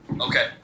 Okay